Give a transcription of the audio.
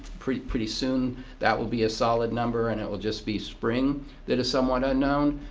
pretty pretty soon that will be a solid number and it will just be spring that is somewhat unknown.